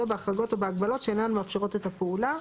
בהחרגות או בהגבלות שאינן מאפשרות את הפעולה.